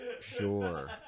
sure